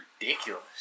ridiculous